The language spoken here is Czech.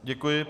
Děkuji.